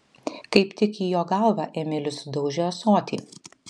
kaip tik į jo galvą emilis sudaužė ąsotį